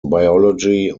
biology